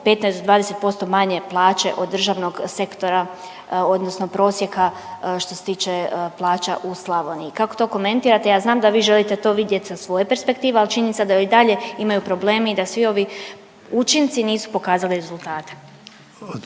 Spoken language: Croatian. do 20% manje plaće od državnog sektora odnosno prosjeka što se tiče plaća u Slavoniji. Kako ti komentirate, ja znam da vi želite to vidjeti sa svoje perspektive, ali činjenica da i dalje imaju problemi i da svi ovi učinci nisu pokazali rezultate.